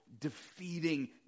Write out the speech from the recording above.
defeating